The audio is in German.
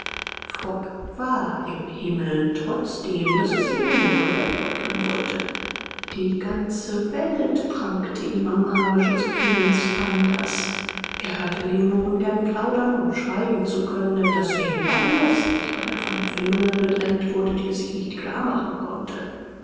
war im himmel trotz dem daß es leonore wegleugnen wollte die ganze welt prangte ihm am arme josephinens anders er hörte leonoren gern plaudern um schweigen zu können denn das reden war ihm lästig weil er von empfindungen bedrängt wurde die er sich nicht klar machen konnte